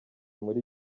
muri